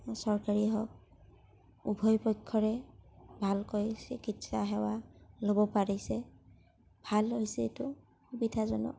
চৰকাৰী হওক উভয় পক্ষৰে ভালকৈ চিকিৎসা সেৱা ল'ব পাৰিছে ভাল হৈছে এইটো সুবিধাজনক